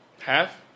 Half